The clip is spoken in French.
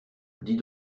dis